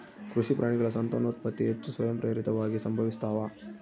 ಕೃಷಿ ಪ್ರಾಣಿಗಳ ಸಂತಾನೋತ್ಪತ್ತಿ ಹೆಚ್ಚು ಸ್ವಯಂಪ್ರೇರಿತವಾಗಿ ಸಂಭವಿಸ್ತಾವ